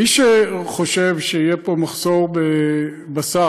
מי שחושב שיהיה פה מחסור בבשר,